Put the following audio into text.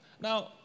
Now